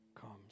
comes